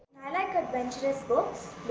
i like adventurous books,